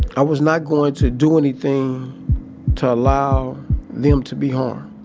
i was not going to do anything to allow them to be harmed.